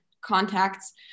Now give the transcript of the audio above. contacts